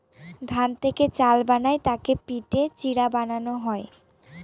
ধান থেকে চাল বানায় তাকে পিটে চিড়া বানানো হয়